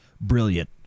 brilliant